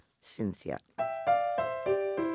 Cynthia